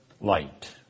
light